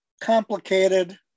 complicated